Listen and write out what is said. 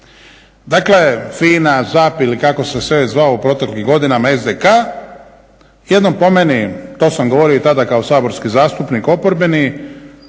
Dakle, FINA, ZAP ili kako se već sve zvao u proteklim godinama SDK jednom, po meni, to sam govorio i tada kao saborski zastupnik oporbeni,